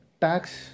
tax